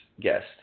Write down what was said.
guest